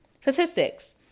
Statistics